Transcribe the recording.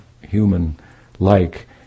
human-like